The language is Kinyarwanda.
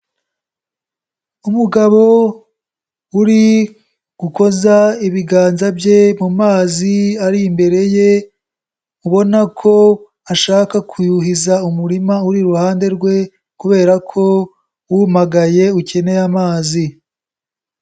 Umugabo uri gukoza ibiganza bye mu mazi ari imbere ye ubona ko ashaka kuyuhiza umurima uri iruhande rwe kubera ko wumagaye ukeneye amazi.